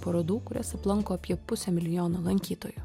parodų kurias aplanko apie pusę milijono lankytojų